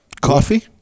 coffee